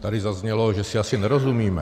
Tady zaznělo, že si asi nerozumíme.